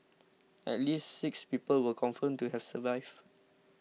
at least six people were confirmed to have survived